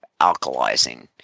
alkalizing